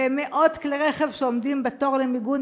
ומאות כלי רכב שעומדים בתור למיגון